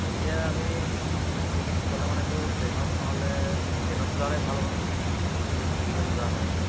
তেতিয়া আমি গোটেইকেইজন গ'লে মানেতো ট্ৰেইনত নহ'লে ট্ৰেইনত যোৱা হ'লেই ভাল হ'ব নেকি যদি গোটেইকেইজন যোৱা হয়